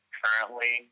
currently